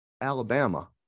Alabama